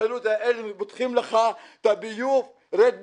פותחים לך את הביוב רד בפנים,